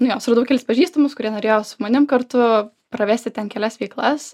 nu jo suradau kelis pažįstamus kurie norėjo su manim kartu pravesti ten kelias veiklas